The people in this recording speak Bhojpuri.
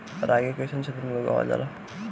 रागी कइसन क्षेत्र में उगावल जला?